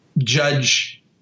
judge